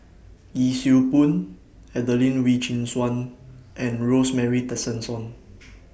Yee Siew Pun Adelene Wee Chin Suan and Rosemary Tessensohn